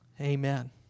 Amen